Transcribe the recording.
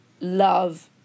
love